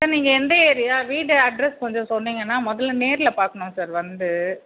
sir நீங்கள் எந்த area வீடு அட்ரெஸ் கொஞ்சம் சொன்னிங்கன்னா முதல்ல நேரில் பார்க்குணும் சார் வந்து